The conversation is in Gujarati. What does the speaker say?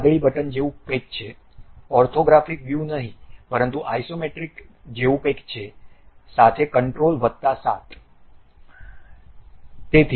વાદળી બટન જેવું કંઈક છે ઓર્થોગ્રાફિક વ્યૂ નહીં પરંતુ આઇસોમેટ્રિક જેવું કંઈક છે સાથે કંટ્રોલ વત્તા 7